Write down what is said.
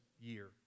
year